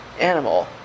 animal